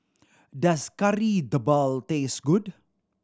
does Kari Debal taste good